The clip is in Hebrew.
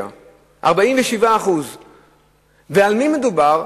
47%. ועל מי מדובר?